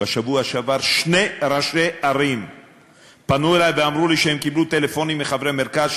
בשבוע שעבר שני ראשי ערים פנו אלי ואמרו לי שהם קיבלו טלפון מחברי מרכז,